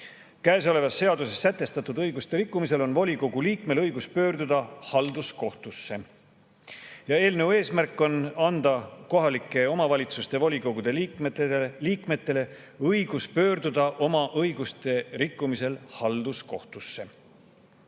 Käesolevas seaduses sätestatud õiguste rikkumisel on volikogu liikmel õigus pöörduda halduskohtusse." Eelnõu eesmärk on anda kohalike omavalitsuste volikogude liikmetele õigus pöörduda nende õiguste rikkumisel halduskohtusse.